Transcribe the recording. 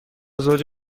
زوج